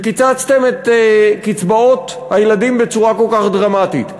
שקיצצתם את קצבאות הילדים בצורה כל כך דרמטית?